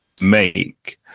make